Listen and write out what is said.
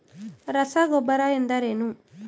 ರಸಗೊಬ್ಬರ ಎಂದರೇನು?